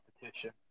competition